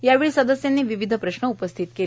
यावेळी सदस्यांनी विविध प्रश्न उपस्थित केले